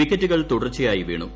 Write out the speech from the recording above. വിക്കറ്റുകൾ തുടർച്ചയായി വീണു